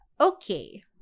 Okay